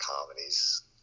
comedies